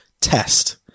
test